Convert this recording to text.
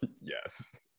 Yes